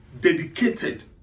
dedicated